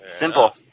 Simple